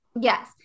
Yes